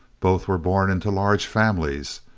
both were born into large families.